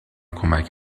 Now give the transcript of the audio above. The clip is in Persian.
کمک